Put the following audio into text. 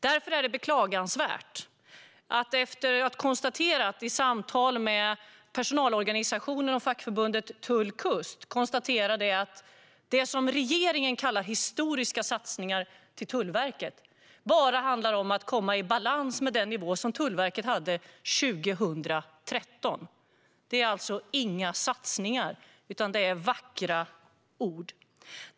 Därför är det beklagansvärt att efter samtal med personalorganisationer och fackförbundet Tull-Kust konstatera att det som regeringen kallar historiska satsningar på Tullverket bara handlar om att komma i balans med den nivå som Tullverket hade 2013. Det är alltså inga satsningar, utan det är vackra ord.